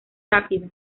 rápida